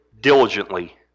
diligently